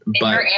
but-